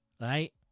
Right